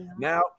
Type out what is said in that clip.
now